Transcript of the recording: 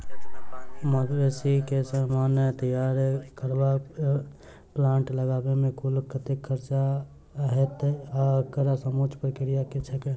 मवेसी केँ सीमन तैयार करबाक प्लांट लगाबै मे कुल कतेक खर्चा हएत आ एकड़ समूचा प्रक्रिया की छैक?